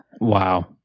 Wow